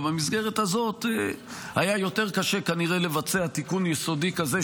ובמסגרת הזאת היה יותר קשה כנראה לבצע תיקון יסודי כזה,